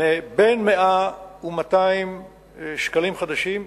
100 200 ש"ח,